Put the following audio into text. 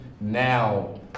now